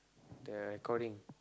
the recording